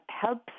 helps